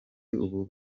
ubu